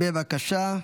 בבקשה.